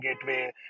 gateway